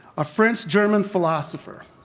a french-german philosopher.